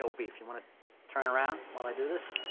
so beef, you wanna turn around while i do this?